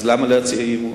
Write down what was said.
אז למה להציע אי-אמון?